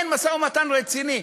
כן משא-ומתן רציני,